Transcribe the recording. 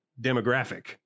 demographic